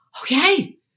okay